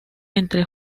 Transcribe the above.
entre